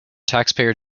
taxpayer